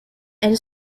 elle